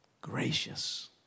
Gracious